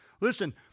Listen